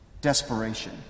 Desperation